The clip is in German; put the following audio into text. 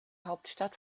hauptstadt